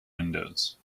windows